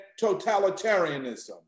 totalitarianism